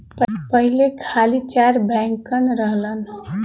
पहिले खाली चार बैंकन रहलन